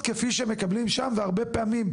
כפי שהם מקבלים אותה שם והרבה פעמים,